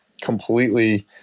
completely